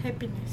happiness